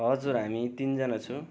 हजुर हामी तिनजना छु